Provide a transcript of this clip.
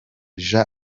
jean